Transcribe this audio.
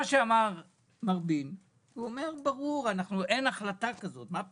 מר בינג אומר - ברור, אין החלטה כזאת, מה פתאום.